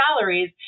salaries